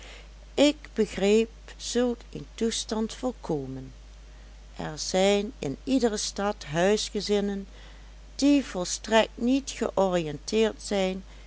ik begreep zulk een toestand volkomen er zijn in iedere stad huisgezinnen die volstrekt niet georiënteerd zijn